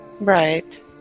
Right